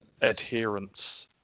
adherence